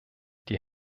die